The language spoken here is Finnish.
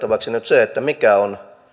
tulee peilattavaksi nyt se mikä on